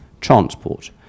transport